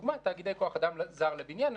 לדוגמה תאגידי כוח-אדם זר לבניין.